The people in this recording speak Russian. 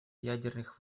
ядерных